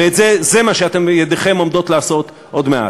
וזה מה שידיכם הולכות לעשות עוד מעט.